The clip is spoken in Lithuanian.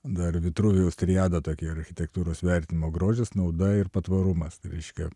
dar vitrojaus triada tokia architektūros vertinimo grožis nauda ir patvarumas reiškia